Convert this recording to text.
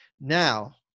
Now